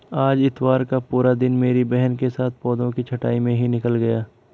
आज इतवार का पूरा दिन मेरी बहन के साथ पौधों की छंटाई में ही निकल गया